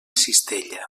cistella